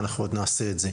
ואנחנו עוד נעשה את זה.